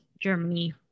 Germany